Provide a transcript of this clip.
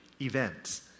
events